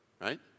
right